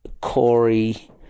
Corey